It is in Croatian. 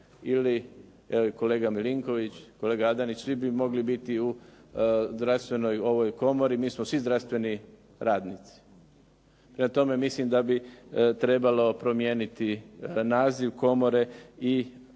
ili kolega Milinković, kolega Adanić, svi bi mogli biti u zdravstvenoj komori mi smo svi zdravstveni radnici. Prema tome, mislim da bi trebalo promijeniti naziv komore i dovesti